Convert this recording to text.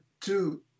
two